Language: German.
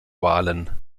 wahlen